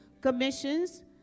commissions